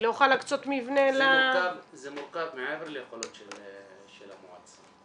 זה מורכב מעבר ליכולות של המועצה.